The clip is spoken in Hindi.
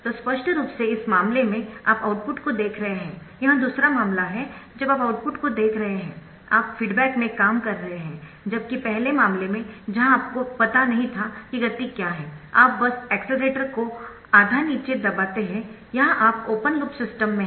तो स्पष्ट रूप से इस मामले में आप आउटपुट को देख रहे है यह दूसरा मामला है जब आप आउटपुट को देख रहे है आप फीडबैक में काम कर रहे है जबकि पहले मामले में जहां आपको पता नहीं था कि गति क्या है आप बस एक्सेलेरेटर को आधा नीचे दबाते है यहां आप ओपन लूप सिस्टम में है